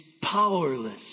powerless